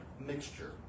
mixture